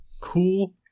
Cool